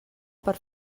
per